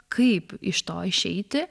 kaip iš to išeiti